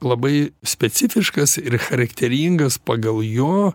labai specifiškas ir charakteringas pagal jo